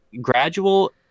gradual